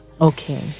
okay